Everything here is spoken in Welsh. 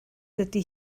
dydy